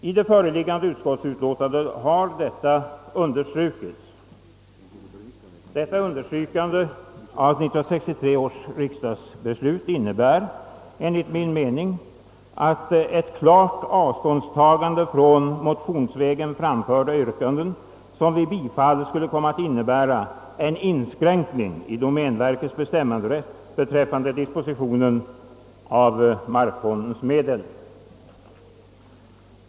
I föreliggande utskottsutlåtande har den saken understrukits, och detta utgör ett klart avståndstagande från det motionsledes framförda yrkande, som skulle medföra en inskränkning i domänverkets bestämmanderätt beträffande dispositionen av markfondsmedel.